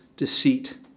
Deceit